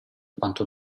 quanto